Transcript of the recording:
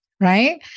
Right